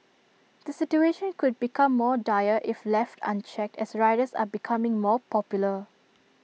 the situation could become more dire if left unchecked as riders are becoming more popular